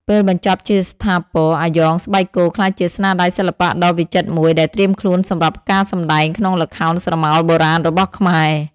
ពេលបញ្ចប់ជាស្ថាពរ អាយ៉ងស្បែកគោក្លាយជាស្នាដៃសិល្បៈដ៏វិចិត្រមួយដែលត្រៀមខ្លួនសម្រាប់ការសម្តែងក្នុងល្ខោនស្រមោលបុរាណរបស់ខ្មែរ។